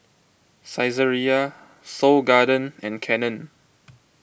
Saizeriya Seoul Garden and Canon